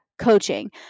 Coaching